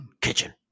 kitchen